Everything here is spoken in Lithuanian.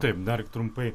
taip dar trumpai